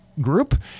group